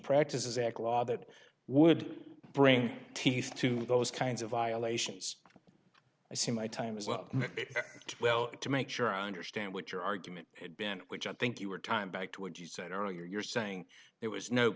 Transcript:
practices act law that would bring teeth to those kinds of violations i see my time is up to well to make sure i understand what your argument has been which i think you were time back to what you said earlier you're saying there was no